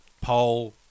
pole